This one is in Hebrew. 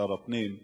שר הפנים,